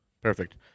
Perfect